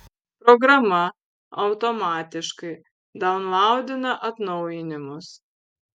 programa automatiškai daunlaudina atnaujinimus